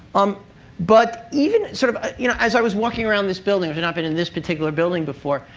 um but even sort of you know as i was walking around this building, which i've not been in this particular building before,